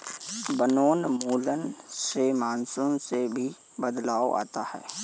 वनोन्मूलन से मानसून में भी बदलाव आता है